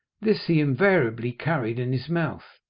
this he invariably carried in his mouth,